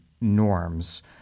norms